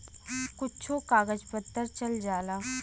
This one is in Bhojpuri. कुच्छो कागज पत्तर चल जाला